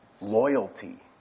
loyalty